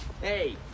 Hey